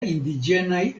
indiĝenaj